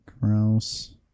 Gross